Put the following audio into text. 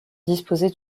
disposées